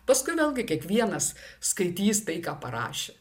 paskui vėlgi kiekvienas skaitys tai ką parašė